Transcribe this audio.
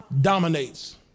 dominates